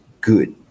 Good